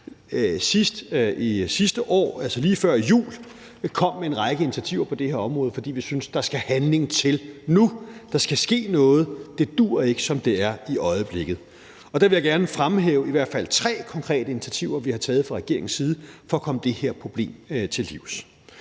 sidste år – altså lige før jul – kom med en række initiativer på det her område, fordi vi synes, der skal handling til nu. Der skal ske noget; det duer ikke, som det er i øjeblikket. Og der vil jeg gerne fremhæve i hvert fald tre konkrete initiativer, vi har taget fra regeringens side, for at komme det her problem til livs: